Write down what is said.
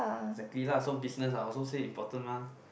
exactly lah so business are also say important mah